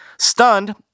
Stunned